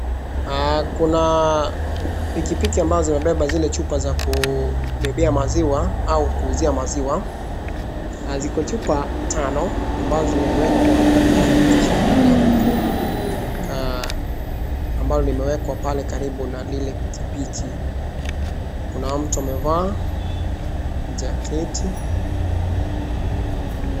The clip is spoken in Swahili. Kuna pikipiki ambazo zimebeba zile chupa za kubebea maziwa au kuuzia maziwa. Na ziko chupa tano ambazo zimewekwa ndani kisha kuna lango kuu ambalo limewekwa pale karibu na lile pikipiki. Kuna mtu amevaa jaketi.